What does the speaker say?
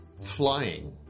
flying